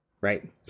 right